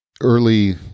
early